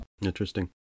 Interesting